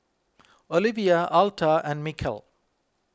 Olivia Alta and Mikel